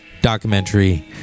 Documentary